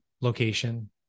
location